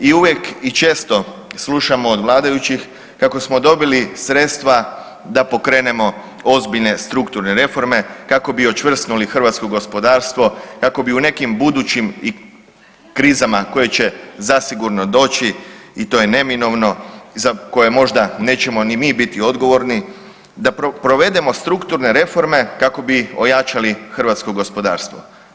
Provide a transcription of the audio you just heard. I uvijek i često slušamo od vladajućih kako smo dobili sredstva da pokrenemo ozbiljne strukturne reforme kako bi očvrsnuli hrvatsko gospodarstvo, kako bi u nekim budućim krizama koje će zasigurno doći i to je neminovno, za koje možda nećemo ni mi biti odgovorni da provedemo strukturne reforme kako bi ojačali hrvatsko gospodarstvo.